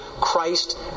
Christ